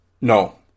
no